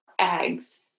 eggs